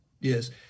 Yes